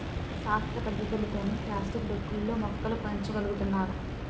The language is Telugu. శాస్త్ర పద్ధతులతోనే ప్లాస్టిక్ డొక్కు లో మొక్కలు పెంచ గలుగుతున్నారు